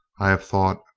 i have thought,